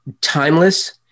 timeless